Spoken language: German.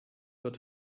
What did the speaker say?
wird